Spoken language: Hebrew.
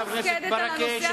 חבר הכנסת ברכה,